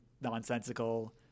nonsensical